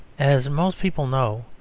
as most people know,